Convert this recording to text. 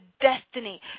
destiny